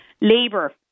labour